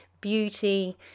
beauty